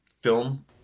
film